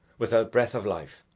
without breath of life,